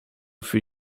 für